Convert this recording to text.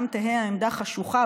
תהא העמדה חשוכה,